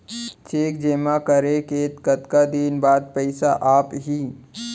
Cheque जेमा करे के कतका दिन बाद पइसा आप ही?